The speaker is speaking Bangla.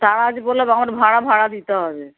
তারা আজ বলল আমার ভাড়া ভাড়া দিতে হবে